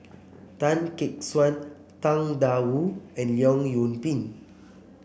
Tan Gek Suan Tang Da Wu and Leong Yoon Pin